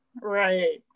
Right